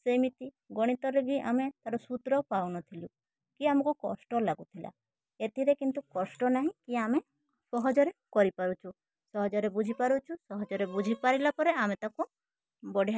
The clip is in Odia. ସେମିତି ଗଣିତରେ ବି ଆମେ ତାର ସୂତ୍ର ପାଉନଥିଲୁ କି ଆମକୁ କଷ୍ଟ ଲାଗୁଥିଲା ଏଥିରେ କିନ୍ତୁ କଷ୍ଟ ନାହିଁ କି ଆମେ ସହଜରେ କରିପାରୁଛୁ ସହଜରେ ବୁଝିପାରୁଛୁ ସହଜରେ ବୁଝିପାରିଲା ପରେ ଆମେ ତାକୁ ବଢ଼ିଆ